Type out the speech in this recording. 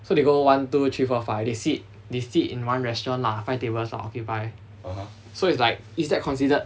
so they go one two three four five they sit they sit in one restaurant lah five tables all occupy so it's like is that considered